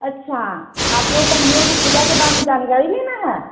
अच्छा आप लोग को हम लोग की पूजा के बारे में जानकरी लेना है